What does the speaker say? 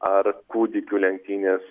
ar kūdikių lenktynės